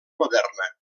moderna